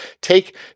Take